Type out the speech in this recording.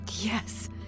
Yes